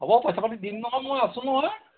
হ'ব পইচা পাতি দিম নহয় মই আছোঁ নহয়